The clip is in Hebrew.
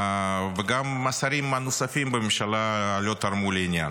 וגם השרים הנוספים בממשלה לא תרמו לעניין.